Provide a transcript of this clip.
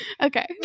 Okay